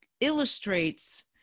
illustrates